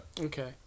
Okay